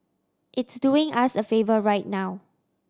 it's doing us a favour right now